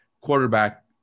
quarterback